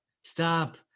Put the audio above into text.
stop